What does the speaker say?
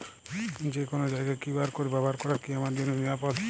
যে কোনো জায়গার কিউ.আর কোড ব্যবহার করা কি আমার জন্য নিরাপদ?